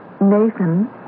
Nathan